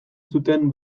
zuten